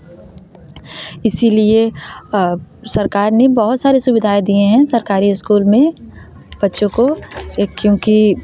इसीलिए सरकार ने बहुत सारी सुविधाएँ दिए हैं सरकारी स्कूल में बच्चों को एक क्योंकि